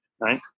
right